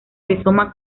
rizoma